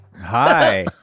hi